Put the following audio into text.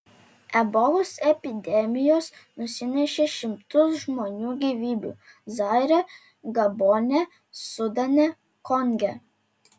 ebolos epidemijos nusinešė šimtus žmonių gyvybių zaire gabone sudane konge